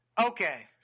Okay